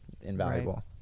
invaluable